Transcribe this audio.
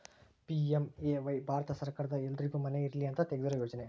PMAY Bharat ಸರ್ಕಾರದ ಎಲ್ಲರ್ಗು ಮನೆ ಇರಲಿ ಅಂತ ತೆಗ್ದಿರೊ ಯೋಜನೆ